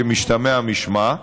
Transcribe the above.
כמשתמע משמה,